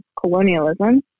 colonialism